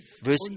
verse